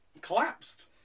collapsed